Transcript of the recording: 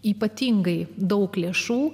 ypatingai daug lėšų